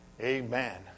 Amen